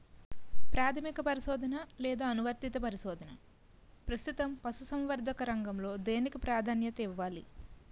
ప్రాథమిక పరిశోధన లేదా అనువర్తిత పరిశోధన? ప్రస్తుతం పశుసంవర్ధక రంగంలో దేనికి ప్రాధాన్యత ఇవ్వాలి?